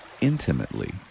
intimately